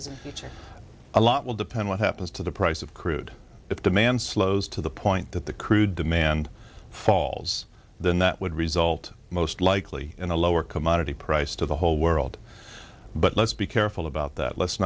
are a lot will depend what happens to the price of crude if demand slows to the point that the crude demand falls then that would result most likely in a lower commodity price to the whole world but let's be careful about that let's